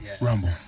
Rumble